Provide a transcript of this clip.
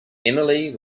emily